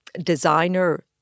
designer